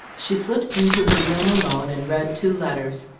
she slipped into her room alone and read two letters,